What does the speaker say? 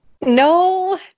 No